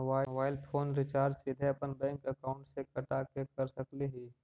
Mobile phone recharge सीधे अपन bank account से कटा के कर सकली ही?